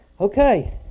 Okay